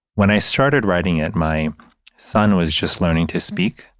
when i started writing it, my son was just learning to speak.